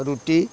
ରୁଟି